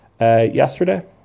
yesterday